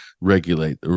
regulate